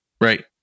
Right